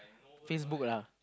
Facebook lah